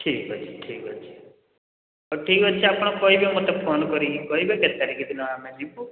ଠିକ୍ ଅଛି ଠିକ୍ ଅଛି ହଉ ଠିକ୍ ଅଛି ଆପଣ କହିଦିଅ ମୋତେ ଫୋନ୍ କରିକି କହିବେ କେତେ ତାରିଖ ଦିନ ଆମେ ଯିବୁ